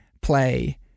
play